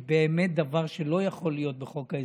זה באמת דבר שלא יכול להיות בחוק ההסדרים.